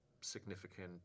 significant